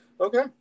okay